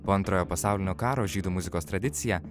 po antrojo pasaulinio karo žydų muzikos tradicija